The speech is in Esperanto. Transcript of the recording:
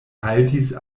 haltis